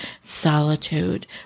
solitude